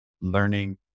learning